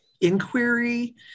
inquiry